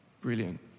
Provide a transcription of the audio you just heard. brilliant